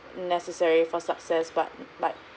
necessary for success but but